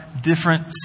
different